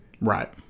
Right